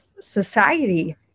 society